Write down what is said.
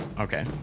okay